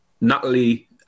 Natalie